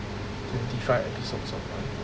twenty five episodes of err